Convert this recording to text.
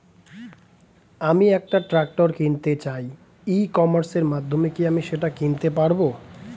আমি একটা ট্রাক্টর কিনতে চাই ই কমার্সের মাধ্যমে কি আমি সেটা কিনতে পারব?